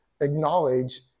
Acknowledge